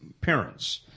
parents